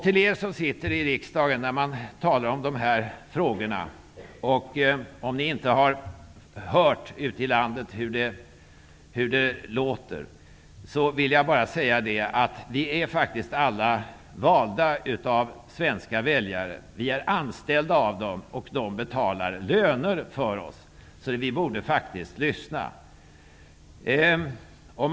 Till er som sitter i riksdagen vill jag bara säga att vi faktiskt alla är valda av svenska väljare -- vi är anställda av dem och de betalar oss löner -- så vi borde faktiskt lyssna till vad de säger.